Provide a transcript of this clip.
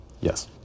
Yes